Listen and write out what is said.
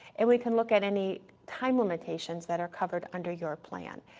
and we can look at any time limitations that are covered under your plan.